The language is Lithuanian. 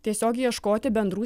tiesiog ieškoti bendrų